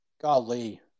Golly